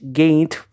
gained